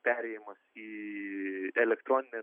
perėjimas į elektroninę